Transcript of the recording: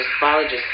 biologist